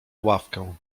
ławkę